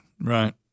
Right